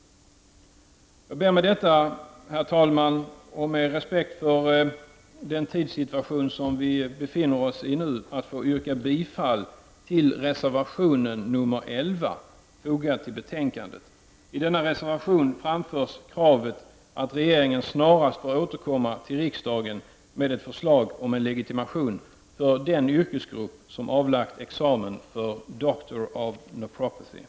Med detta, och med respekt för den tidspress som vi nu befinner oss i, ber jag, herr talman, att få yrka bifall till reservationen 11, fogad till betänkandet. I denna reservation framförs kravet att regeringen snarast skall återkomma till riksdagen med ett förslag om en legitimation för den yrkesgrupp som avlagt examen för Doctor of Naphrapathy.